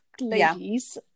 ladies